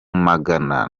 magana